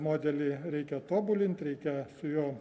modelį reikia tobulint reikia su juo